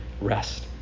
rest